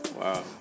Wow